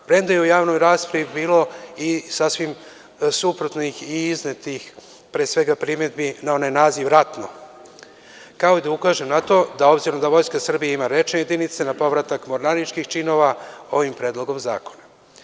U javnoj raspravi je bilo sasvim suprotnih i iznetih primedbi na onaj naziv „ratno“, kao i da ukažem na to, obzirom da Vojska Srbija ima rečne jedinice, na povratak mornaričkih činova ovim predlogom zakona.